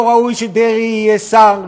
לא ראוי שדרעי יהיה שר,